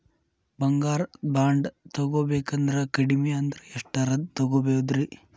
ಬಂಗಾರ ಬಾಂಡ್ ತೊಗೋಬೇಕಂದ್ರ ಕಡಮಿ ಅಂದ್ರ ಎಷ್ಟರದ್ ತೊಗೊಬೋದ್ರಿ?